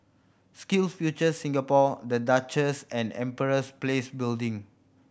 SkillsFuture Singapore The Duchess and Empress Place Building